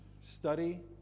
Study